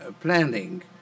planning